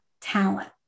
talent